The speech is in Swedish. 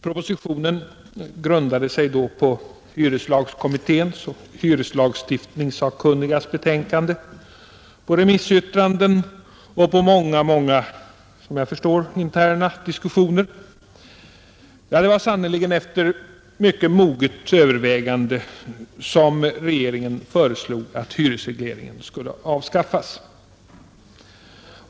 Propositionen grundade sig då på hyreslagskommitténs och hyreslagstiftningssakkunnigas betänkande, på remissyttranden och på många, många, som jag förstår, interna diskussioner. Ja, det var sannerligen efter moget övervägande som regeringen föreslog att hyresregleringen skulle avskaffas.